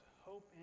hope